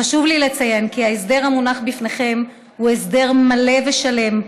חשוב לי לציין כי ההסדר המונח בפניכם הוא הסדר מלא ושלם,